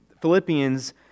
Philippians